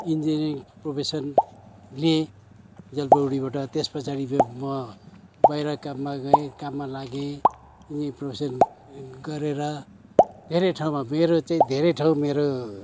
engineering profession लिएँ जलपाइगढीबाट त्यस पछाडि चाहिँ म बाहिर काममा गएँ काममा लागेँ यी प्रोफेसन गरेर धेरै ठाउँमा मेरो चाहिँ धेरै ठाउँ मेरो